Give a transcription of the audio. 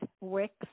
Wix